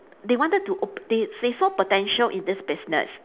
they wanted to op~ they they saw potential in this business